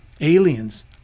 Aliens